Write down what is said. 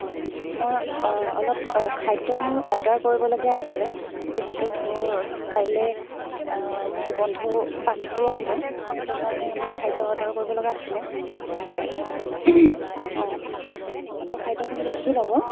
হয় মই অলপ খাদ্য মোৰ অৰ্ডাৰ কৰিবলগীয়া আছিলে যিহেতু মোৰ কাইলৈ মোৰ বন্ধু বান্ধৱী আহিব সেইকাৰণে অলপ খাদ্য অৰ্ডাৰ কৰিবলগীয়া আছিলে হয় অ' অ' ত' খাদ্যখিনি লিখি ল'ব